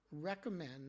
recommend